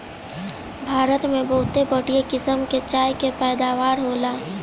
भारत में बहुते बढ़िया किसम के चाय के पैदावार होला